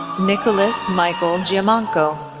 nicholas michael giammanco,